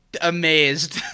Amazed